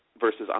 versus